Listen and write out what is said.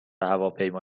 هواپیما